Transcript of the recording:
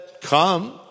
come